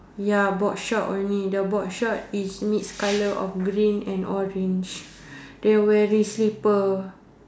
ya boardshort only the boardshort is mix colour of green and orange they wearing slipper